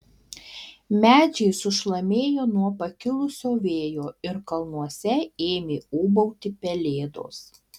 medžiai sušlamėjo nuo pakilusio vėjo ir kalnuose ėmė ūbauti pelėdos